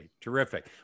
terrific